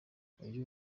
uyu